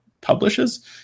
publishes